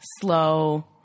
slow